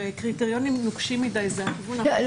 וקריטריונים נוקשים מדי זה הכיוון ההפוך.